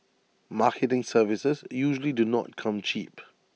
marketing services usually do not come cheap